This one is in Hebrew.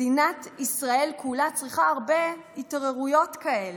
מדינת ישראל כולה צריכה הרבה התעוררויות כאלה,